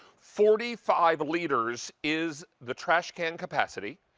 forty five liters is the trash can capacity.